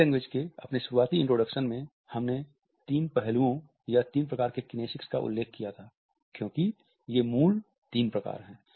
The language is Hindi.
बॉडी लैंग्वेज के अपने शुरुआती इंट्रोडक्शन में हमने तीन पहलुओं या तीन प्रकार के किनेसिक्स का उल्लेख किया था क्योंकि ये मूल तीन प्रकार हैं